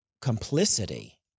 complicity